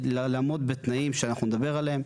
לעמוד בתנאים שאנחנו נדבר עליהם,